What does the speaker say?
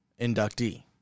inductee